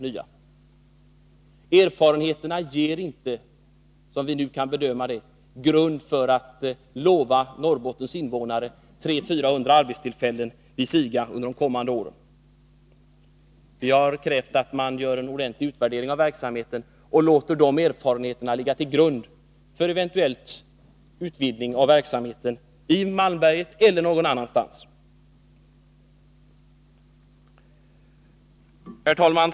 Enligt vad vi nu kan bedöma ger inte erfarenheterna grund för att lova Norrbottens invånare 300-400 arbetstillfällen vid SIGA under de kommande åren. Vi har krävt att man skall göra en ordentlig utvärdering av verksamheten och låta de erfarenheter man då får ligga till grund för en eventuell utvidgning av den, i Malmberget eller på någon annan ort. Herr talman!